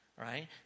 right